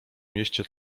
mieście